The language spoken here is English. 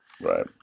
Right